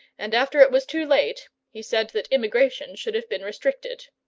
and after it was too late, he said that immigration should have been restricted.